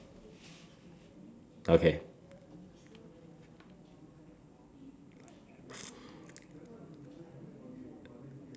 okay